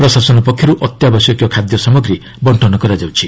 ପ୍ରଶାସନ ପକ୍ଷରୁ ଅତ୍ୟାବଶ୍ୟକୀୟ ଖାଦ୍ୟ ସାମଗ୍ରୀ ବର୍ଷନ କରାଯାଉଛି